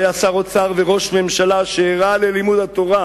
ולא היה שר אוצר וראש ממשלה שהרע ללימוד התורה,